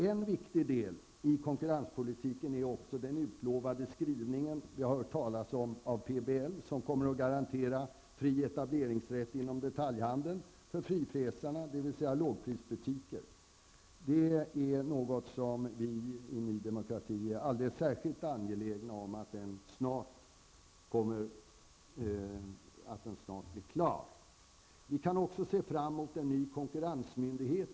En viktig del i konkurrenspolitiken är också den utlovade skrivningen av PBL som vi har hört talas om. Den kommer att garantera fri etableringsrätt inom detaljhandeln för frifräsarna, dvs. lågprisbutiker. Det är något som vi i Ny Demokrati är alldeles särskilt angelägna om att det snart blir klart. Vi kan också se fram mot en ny konkurrensmyndighet.